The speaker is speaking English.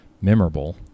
memorable